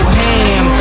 ham